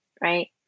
right